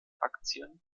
aktien